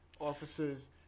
officers